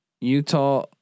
Utah